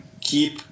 keep